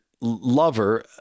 lover